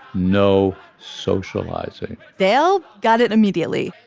no socializing. dale got it immediately.